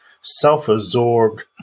self-absorbed